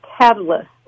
catalyst